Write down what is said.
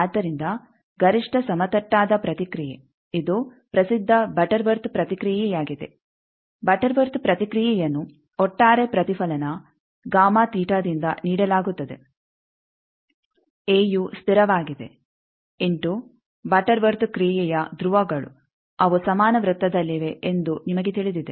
ಆದ್ದರಿಂದ ಗರಿಷ್ಠ ಸಮತಟ್ಟಾದ ಪ್ರತಿಕ್ರಿಯೆ ಇದು ಪ್ರಸಿದ್ಧ ಬಟರ್ ವರ್ತ್ ಪ್ರತಿಕ್ರಿಯೆಯಾಗಿದೆ ಬಟರ್ ವರ್ತ್ ಪ್ರತಿಕ್ರಿಯೆಯನ್ನು ಒಟ್ಟಾರೆ ಪ್ರತಿಫಲನ ದಿಂದ ನೀಡಲಾಗುತ್ತದೆ ಎಯು ಸ್ಥಿರವಾಗಿದೆ ಇಂಟು ಬಟರ್ ವರ್ತ್ ಕ್ರಿಯೆಯ ಧ್ರುವಗಳು ಅವು ಸಮಾನ ವೃತ್ತದಲ್ಲಿವೆ ಎಂದು ನಿಮಗೆ ತಿಳಿದಿದೆ